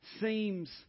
seems